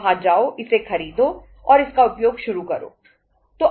वहाँ जाओ इसे खरीदो और इसका उपयोग शुरू करो